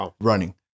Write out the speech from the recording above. running